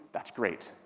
that's great.